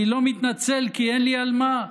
אני לא מתנצל, כי אין לי על מה.